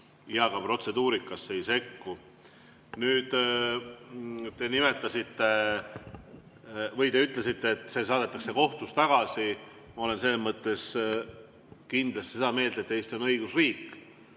ega ka protseduurikasse ei sekku. Nüüd, te ütlesite, et see saadetakse kohtust tagasi. Ma olen selles mõttes kindlasti seda meelt, et Eesti on õigusriik